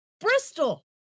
Bristol